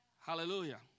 Hallelujah